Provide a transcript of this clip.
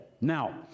Now